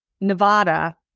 Nevada